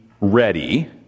ready